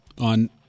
on